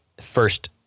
first